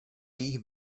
jejich